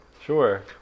Sure